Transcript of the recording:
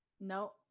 No